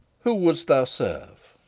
who wouldst thou serve?